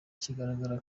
kigaragara